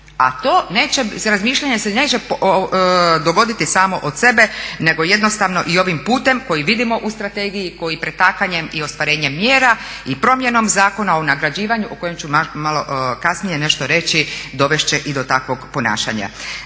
A to razmišljanje se neće dogoditi samo od sebe nego jednostavno i ovim putem koji vidimo u strategiji, koji pretakanjem i ostvarenjem mjera i promjenom Zakona o nagrađivanju, o kojem ću malo kasnije nešto reći, dovest će i do takvog ponašanja.